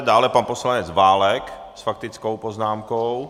Dále pan poslanec Válek s faktickou poznámkou.